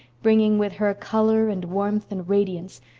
bringing with her color and warmth and radiance,